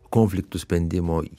konfliktų sprendimo